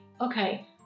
okay